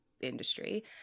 industry